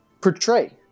portray